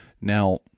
Now